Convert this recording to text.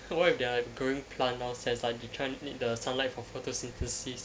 what if they are growing plants downstairs like they try they need the sunlight for photosynthesis